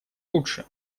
лучше